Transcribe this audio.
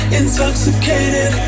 intoxicated